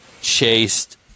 chased